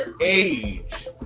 age